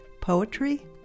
poetry